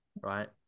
right